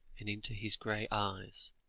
and into his grey eyes